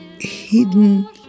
hidden